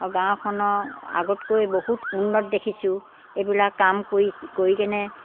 গাঁওখনৰ আগতকৈ বহুত উন্নত দেখিছোঁ এইবিলাক কাম কৰি কৰি কেনে